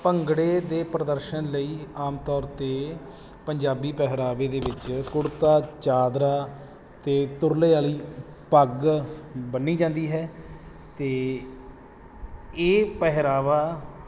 ਭੰਗੜੇ ਦੇ ਪ੍ਰਦਰਸ਼ਨ ਲਈ ਆਮ ਤੌਰ 'ਤੇ ਪੰਜਾਬੀ ਪਹਿਰਾਵੇ ਦੇ ਵਿੱਚ ਕੁੜਤਾ ਚਾਦਰਾ ਅਤੇ ਤੁਰਲੇ ਵਾਲੀ ਪੱਗ ਬੰਨ੍ਹੀ ਜਾਂਦੀ ਹੈ ਅਤੇ ਇਹ ਪਹਿਰਾਵਾ